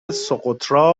سُقُطرا